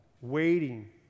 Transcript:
Waiting